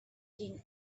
king